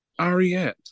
Ariette